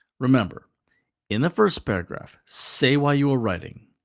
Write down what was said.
remember in the first paragraph, say why you are writing.